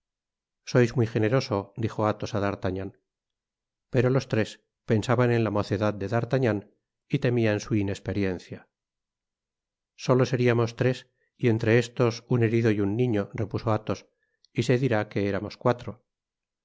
sois muy generoso dijo athos á d'artagnan pero los tres pensaban en la mocedad de dartagnan y temian su inesper encia solo seriamos tres y entre estos un herido y un niño repuso athos y se dirá que éramos cuatro